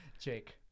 Jake